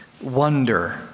wonder